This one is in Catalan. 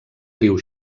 riu